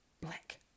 Black